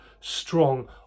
strong